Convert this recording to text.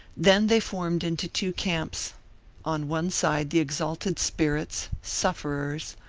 then they formed into two camps on one side the exalted spirits, sufferers,